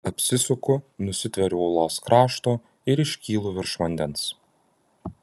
apsisuku nusitveriu uolos krašto ir iškylu virš vandens